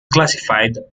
classified